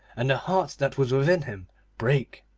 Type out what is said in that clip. and the heart that was within him brake.